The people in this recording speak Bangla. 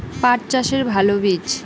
পাঠ চাষের ভালো বীজ?